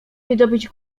wydobyć